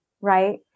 right